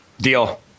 Deal